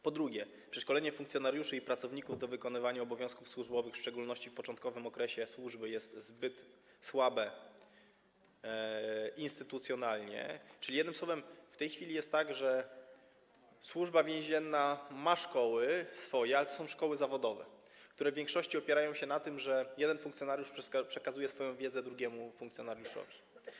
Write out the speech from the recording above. Po drugie, przeszkolenie funkcjonariuszy i pracowników do wykonywania obowiązków służbowych, w szczególności w początkowym okresie służby, jest zbyt słabe instytucjonalnie, czyli jednym słowem w tej chwili jest tak, że Służba Więzienna ma swoje szkoły, ale to są szkoły zawodowe, które w większości opierają się na tym, że jeden funkcjonariusz przekazuje swoją wiedzę drugiemu funkcjonariuszowi.